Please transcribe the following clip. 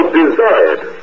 desired